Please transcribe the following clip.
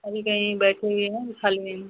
अभी कहीं बैठे हुए हैं खाली नहीं हैं